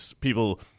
People